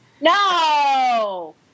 no